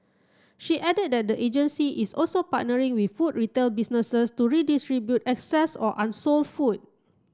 she added that the agency is also partnering with food retail businesses to redistribute excess or unsold food